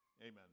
Amen